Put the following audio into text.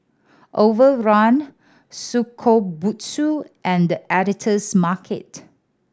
Overrun Shokubutsu and The Editor's Market